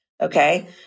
Okay